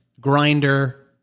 grinder